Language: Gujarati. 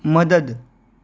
મદદ